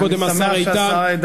נמצא קודם השר איתן,